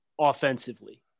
offensively